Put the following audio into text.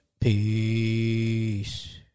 Peace